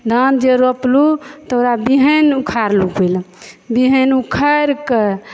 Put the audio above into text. धान जे रोपलहुँ तऽ ओकरा बीहैन उखारलहुँ पहिले बीहैन उखारि कऽ